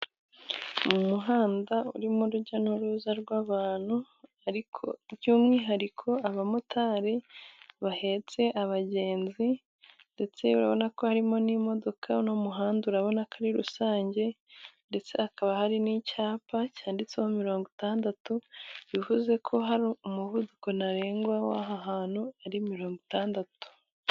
Ni umuhanda urimo urujya n'uruza rw'abantu, ariko by'umwihariko abamotari bahetse abagenzi ndetse urabona ko harimo n'imodoka, uno muhanda urabona ko ari rusange ndetse hakaba hari n'icyapa, cyanditseho mirongo itandatu bivuze ko hari umuvuduko ntarengwa, w'aha hantu ari mirongo itandatu.